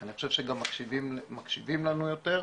ואני חושב שגם מקשיבים לנו יותר.